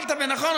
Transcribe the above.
נכון,